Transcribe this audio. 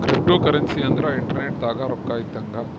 cryptocurrency ಅಂದ್ರ internet ದಾಗ ರೊಕ್ಕ ಇದ್ದಂಗ